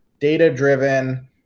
data-driven